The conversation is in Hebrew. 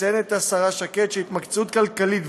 מציינת השרה שקד שההתמקצעות הכלכלית,